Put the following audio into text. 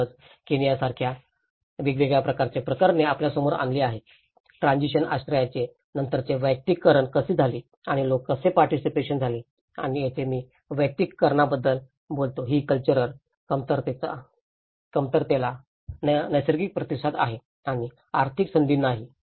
म्हणूनच केनियासारख्या वेगवेगळ्या प्रकारची प्रकरणे आपल्यासमोर आली आहेत ट्रॅजिशन आश्रयाचे नंतरचे वैयक्तिकरण कसे झाले आणि लोक कसे पार्टीसिपेशनी झाले आणि येथे मी वैयक्तिकरणाबद्दल बोलतो ही कल्चरल कमतरतेला नैसर्गिक प्रतिसाद आहे आणि आर्थिक संधींनाही